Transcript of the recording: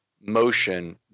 motion